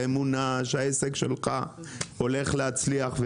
אמונהש העסק שלך הולך להצליח,